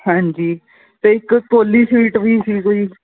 ਹਾਂਜੀ ਅਤੇ ਇੱਕ ਪੋਲੀ ਸਵੀਟ ਵੀ ਸੀਗਾ ਜੀ